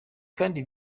kandi